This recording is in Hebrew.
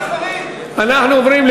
אנחנו עוברים,